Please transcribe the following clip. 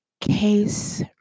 case